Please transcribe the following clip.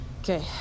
Okay